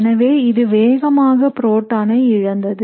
எனவே இது வேகமாக புரோட்டானை இழந்தது